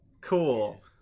Cool